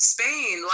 Spain